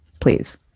Please